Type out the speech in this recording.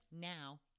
now